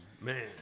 Man